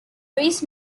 race